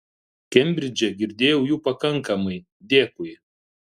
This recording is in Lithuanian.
kembridže girdėjau jų pakankamai dėkui